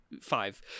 five